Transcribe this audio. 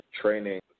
training